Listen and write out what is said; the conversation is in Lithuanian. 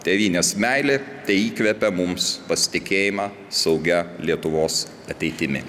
tėvynės meilė teįkvepia mums pasitikėjimą saugia lietuvos ateitimi